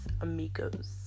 amigos